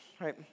Right